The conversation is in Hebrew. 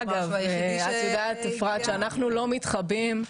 אפרת, את יודעת שאנחנו לא מתחבאים.